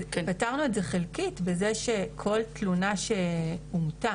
אז פתרנו את זה חלקית בכך שכל תלונה שאומתה,